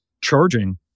charging